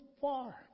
far